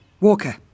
Walker